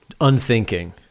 Unthinking